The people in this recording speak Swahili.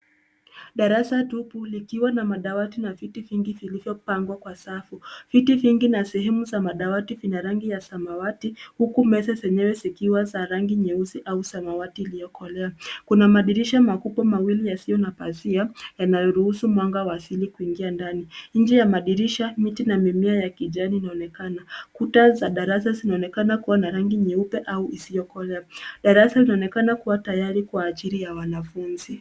Darasa tupu likiwa na madawati na viti vingi vilivyo pangwa kwa safu. viti vingi na sehemu za madawati vina rangi ya samawati huku meza zenyewe zikiwa za rangi nyeusi au samawati iliyokolea. Kuna madirisha makubwa mawili yasio na pazia yanao ruhusu mwanga wa asili kuingia ndani. Inje ya madirisha miti na mimea ya kijani inaonekana. Kuta za darasa zinaonekana kuwa na rangi nyeupe au isiokolea. Darasa inaonekana kuwa tayari kwa ajiri ya wanafunzi.